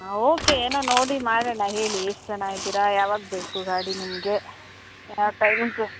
okay ಏನೋ ನೋಡಿ ಮಾಡೋಣಾ ಹೇಳಿ ಎಷ್ಟು ಜನ ಇದ್ದೀರಾ ಯಾವಾಗ ಬೇಕು ಗಾಡಿ ನಿಮಗೆ ಯಾವ ಟೈಮಿಂಗ್ಸು